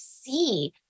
see